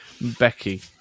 Becky